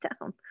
down